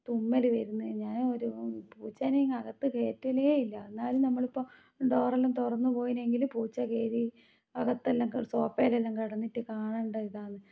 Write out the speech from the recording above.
തുമ്മൽ വരുന്നു ഞാൻ ഒരു പൂച്ചേനെ ഇങ്ങ് അകത്ത് കയറ്റില്ല ഇല്ല എന്നാലൂം നമ്മളിപ്പം ഡോറെല്ലാം തുറന്ന് പോയിനെങ്കിലും പൂച്ച കയറി അകത്തെല്ലാം കയറി സോഫേലെല്ലാം കിടന്നിട്ട് കാണണ്ട ഇതാന്ന്